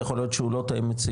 יכול להיות שהוא לא תואם מציאות,